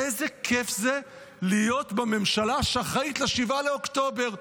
איזה כיף זה להיות חרדי בקואליציה.